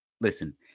listen